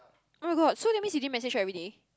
oh god so that means you didn't message everyday